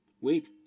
Wait